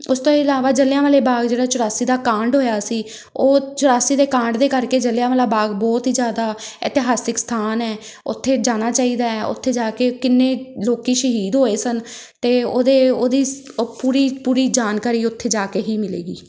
ਉਸ ਤੋਂ ਇਲਾਵਾ ਜਲ੍ਹਿਆਂਵਾਲੇ ਬਾਗ ਜਿਹੜਾ ਚੁਰਾਸੀ ਦਾ ਕਾਂਡ ਹੋਇਆ ਸੀ ਉਹ ਚੁਰਾਸੀ ਦੇ ਕਾਂਢ ਦੇ ਕਰਕੇ ਜਲ੍ਹਿਆਂ ਵਾਲਾ ਬਾਗ ਬਹੁਤ ਹੀ ਜ਼ਿਆਦਾ ਇਤਿਹਾਸਿਕ ਸਥਾਨ ਹੈ ਉੱਥੇ ਜਾਣਾ ਚਾਹੀਦਾ ਹੈ ਉੱਥੇ ਜਾ ਕੇ ਕਿੰਨੇ ਲੋਕ ਸ਼ਹੀਦ ਹੋਏ ਸਨ ਤੇ ਉਹਦੇ ਉਹਦੀ ਉਹ ਪੂਰੀ ਪੂਰੀ ਜਾਣਕਾਰੀ ਉੱਥੇ ਜਾ ਕੇ ਹੀ ਮਿਲੇਗੀ